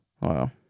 Wow